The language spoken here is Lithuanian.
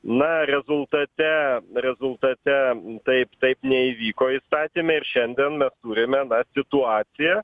na rezultate rezultate taip taip neįvyko įstatyme ir šiandien mes turime na situaciją